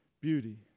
beauty